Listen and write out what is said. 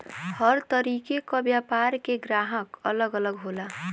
हर तरीके क व्यापार के ग्राहक अलग अलग होला